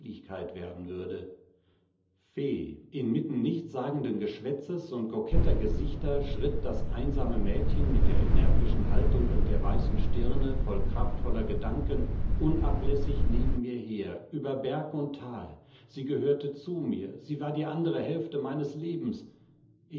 werden würde fee inmitten nichtssagenden geschwätzes und koketter gesichter schritt das einsame mädchen mit der energischen haltung und der weißen stirne voll kraftvoller gedanken unablässig neben mir her über berg und thal sie gehörte zu mir sie war die andere hälfte meines lebens